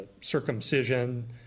circumcision